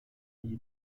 iyi